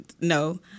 no